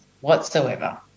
whatsoever